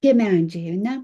tie medžiai ane